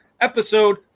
episode